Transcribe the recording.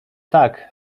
tak